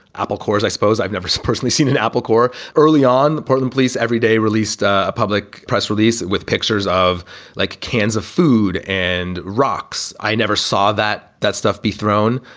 apple, cause i suppose i've never personally seen an apple corps. early on, the portland police every day released a public press release with pictures of like cans of food and rocks. i never saw that that stuff be thrown.